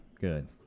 Good